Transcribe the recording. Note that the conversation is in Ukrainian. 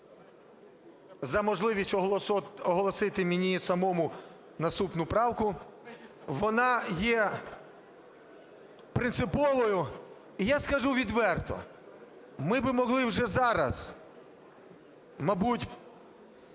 за можливість оголосити мені самому наступну правку. Вона є принциповою. Я скажу відверто, ми би могли вже зараз, мабуть,